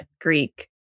Greek